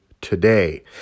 Today